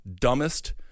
dumbest